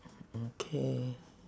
mm K